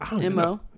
M-O